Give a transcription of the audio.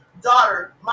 daughter